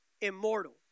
immortal